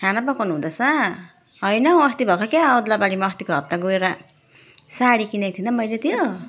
खाना पकाउनु हुँदैछ हैन अस्ति भर्खर क्या ओत्लाबारीमा अस्तिको हप्ता गएर साडी किनेकी थिइनँ मैले त्यो